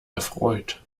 erfreut